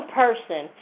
person